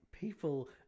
People